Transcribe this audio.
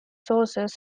sources